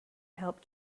help